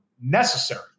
necessary